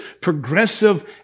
progressive